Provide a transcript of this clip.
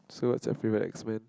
so what's your favourite X men